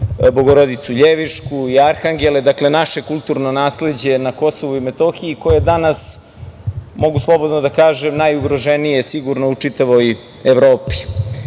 Bogorodicu Ljevišku i Arhangele, dakle, naše kulturno nasleđe na Kosovu i Metohiji, koje je danas, mogu slobodno da kažem, najugroženije sigurno u čitavoj Evropi. Uspeli